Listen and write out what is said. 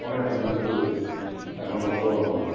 cone ice வந்து இரநூத்தம்பது ரூபாய் ஆகும்மா